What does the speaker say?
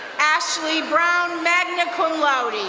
ashley brown, magna cum laude.